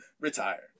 retire